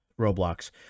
Roblox